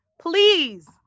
please